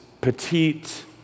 petite